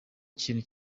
kintu